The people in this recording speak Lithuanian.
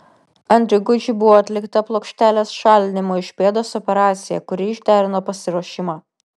andriui gudžiui buvo atlikta plokštelės šalinimo iš pėdos operacija kuri išderino pasiruošimą